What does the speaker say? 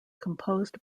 composed